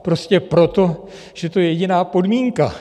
Prostě proto, že to je jediná podmínka.